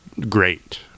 great